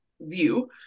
view